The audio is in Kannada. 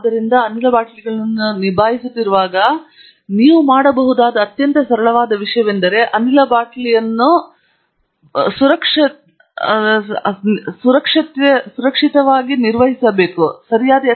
ಆದ್ದರಿಂದ ನೀವು ಅನಿಲ ಬಾಟಲಿಗಳನ್ನು ನಿಭಾಯಿಸುತ್ತಿರುವಾಗ ನೀವು ಮಾಡಬಹುದಾದ ಅತ್ಯಂತ ಸರಳವಾದ ವಿಷಯವೆಂದರೆ ಅನಿಲ ಬಾಟಲಿಯನ್ನು ನಿರ್ವಹಿಸುವ ಪ್ರಕ್ರಿಯೆಯಲ್ಲಿ ಸುರಕ್ಷತೆಗೆ ಒಂದು ದೊಡ್ಡ ವ್ಯತ್ಯಾಸವನ್ನುಂಟುಮಾಡುತ್ತದೆ ನೀವು ಈ ರೀತಿಯ ಸರಣಿ ವ್ಯವಸ್ಥೆಯನ್ನು ಹೊಂದಿರುವಿರಿ ಎಂದು ಖಚಿತಪಡಿಸಿಕೊಳ್ಳುವುದು ನಂತರ ನೀವು ತಿಳಿದಿರುವ ಅನಿಲ ಬಾಟಲಿಯನ್ನು ಸುರಕ್ಷಿತವಾಗಿ ಹಿಡಿದಿಟ್ಟುಕೊಳ್ಳುತ್ತದೆ